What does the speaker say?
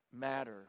matter